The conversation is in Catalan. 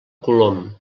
colom